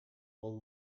will